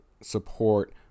support